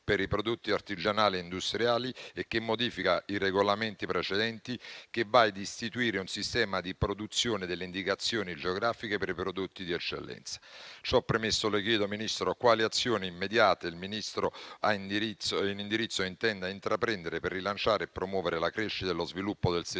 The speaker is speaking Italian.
per i prodotti artigianali e industriali. Esso modifica i regolamenti precedenti e va ad istituire un sistema di produzione delle indicazioni geografiche per i prodotti di eccellenza. Ciò premesso, le chiedo, signor Ministro, quali azioni immediate intenda intraprendere per rilanciare e promuovere la crescita e lo sviluppo del settore